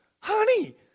honey